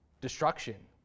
destruction